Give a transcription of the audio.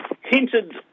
hinted